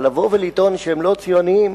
אבל לבוא ולטעון שהם לא ציונים,